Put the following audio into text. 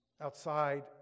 Outside